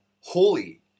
holy